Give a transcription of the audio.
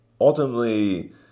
ultimately